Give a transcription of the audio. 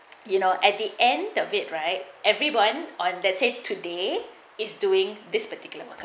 you know at the end the vent right everyone on that said today is doing this particular